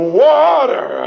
water